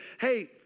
hey